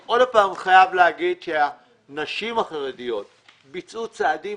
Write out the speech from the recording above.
אני שוב חייב לומר שהנשים החרדיות ביצעו צעדים